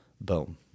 boom